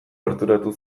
gerturatu